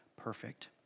perfect